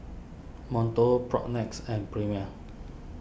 Monto Propnex and Premier